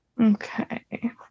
Okay